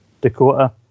Dakota